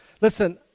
listen